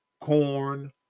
corn